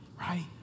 right